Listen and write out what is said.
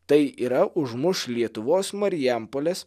tai yra užmuš lietuvos marijampolės